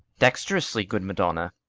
dexteriously, good madonna.